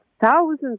thousands